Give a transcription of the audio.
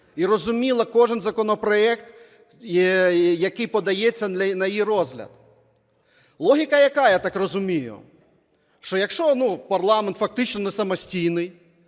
і розуміла кожен законопроект, який подається на її розгляд. Логіка яка, я так розумію, що якщо парламент фактично несамостійний,